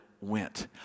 went